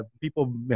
people –